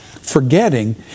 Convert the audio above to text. Forgetting